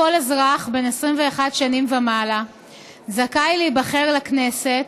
כל אזרח בן 21 שנים ומעלה זכאי להיבחר לכנסת,